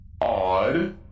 odd